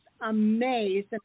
amazed